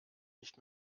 nicht